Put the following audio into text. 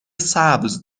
سبز